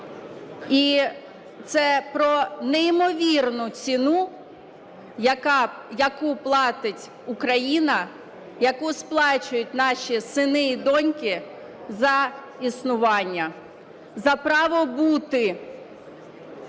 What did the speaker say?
і це про неймовірну ціну, яку платить Україна, яку сплачують наші сини і доньки за існування, за право бути.